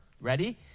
ready